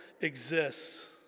exists